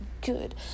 good